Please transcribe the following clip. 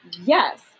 Yes